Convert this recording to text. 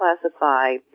classify